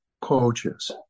coaches